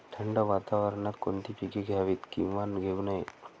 थंड वातावरणात कोणती पिके घ्यावीत? किंवा घेऊ नयेत?